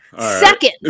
Second